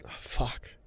Fuck